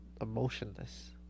emotionless